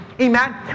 Amen